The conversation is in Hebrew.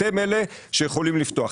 אתם אלה שיכולים לפתוח.